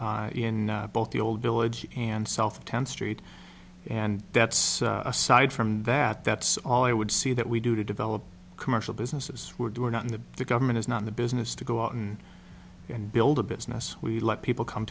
in both the old village and south tenth street and that's aside from that that's all i would see that we do to develop commercial businesses we're do not in the government is not in the business to go out and and build a business we let people come